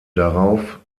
darauf